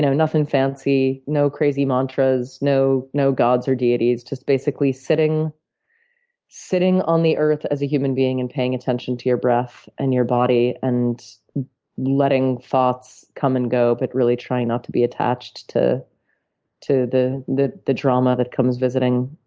nothing fancy, no crazy mantras, no no gods or deities, just basically sitting sitting on the earth as a human being and paying attention to your breath and your body and letting thoughts come and go, but really trying not to be attached to to the the drama that comes visiting.